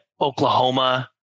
Oklahoma